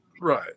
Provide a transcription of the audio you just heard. right